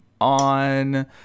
on